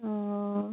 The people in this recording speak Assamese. অঁ